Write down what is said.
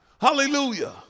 Hallelujah